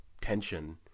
tension